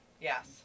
Yes